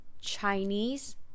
Chinese